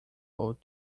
old